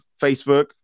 Facebook